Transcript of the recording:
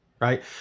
right